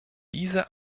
diese